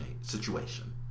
situation